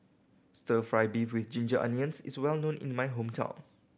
Stir Fry beef with ginger onions is well known in my hometown